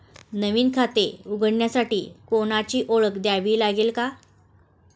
नवीन खाते उघडण्यासाठी कोणाची ओळख द्यावी लागेल का?